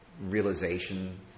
realization